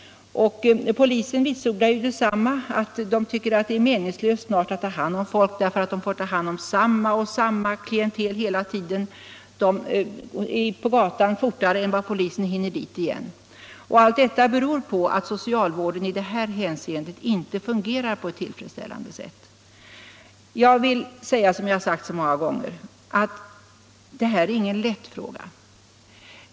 5 april 1976 Polisen vitsordar detsamma. Man tycker att det snart är meningslöst =—--- att ta hand om folk därför att det är samma klientel hela tiden. De Om åtgärder mot ' är ute på gatan igen fortare än polisen hinner tillbaka dit. Allt detta — narkotikamissbruberor på att socialvården i detta hänseende inte fungerar på ett tillfreds — ket ställande sätt. Jag vill säga, som jag har sagt så många gånger förut att detta är ingen lätt fråga.